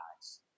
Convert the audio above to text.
eyes